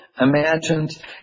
imagined